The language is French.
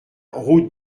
route